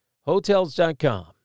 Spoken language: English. Hotels.com